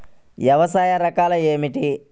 వ్యవసాయ రకాలు ఏమిటి?